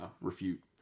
refute